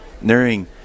nearing